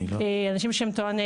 אנשים שהם טועני